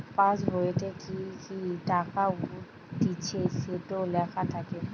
পাসবোইতে কি কি টাকা উঠতিছে সেটো লেখা থাকে